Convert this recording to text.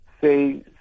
say